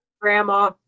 Grandma